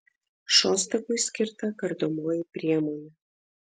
šostakui skirta kardomoji priemonė